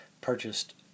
purchased